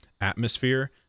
atmosphere